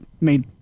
made